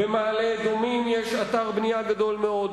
במעלה-אדומים יש אתר בנייה גדול מאוד,